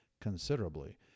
considerably